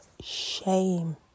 shame